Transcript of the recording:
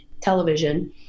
television